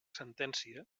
sentència